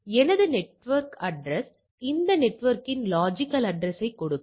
எனவே இது எனது நெட்வொர்க் அட்ரஸ் இந்த நெட்வொர்க்கின் லொஜிக்கல் அட்ரஸ்யை கொடுக்கும்